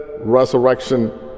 resurrection